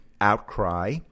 outcry